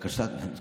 לא צריכים.